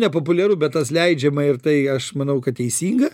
nepopuliaru bet tas leidžiama ir tai aš manau kad teisinga